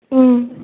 ம்